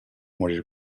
morir